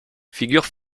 figure